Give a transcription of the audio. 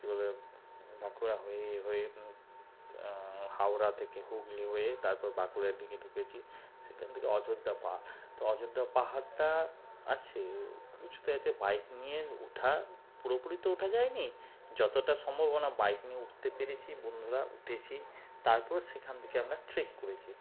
কি বলে বাঁকুড়া হয়ে হয়ে হাওড়া থেকে হুগলি হয়ে তারপর বাঁকুড়ার দিকে ঢুকেছি সেখান থেকে অযোধ্যা পাহাড় তো অযোধ্যা পাহাড় টা আছে কিছুতে আছে বাইক নিয়ে উঠা পুরোপুরি তো ওঠা যায়নি যতটা সম্ভবনা বাইক নিয়ে উঠতে পেরেছি বন্ধুরা উঠেছি তারপর সেখান থেকে আমরা ট্রেক করেছি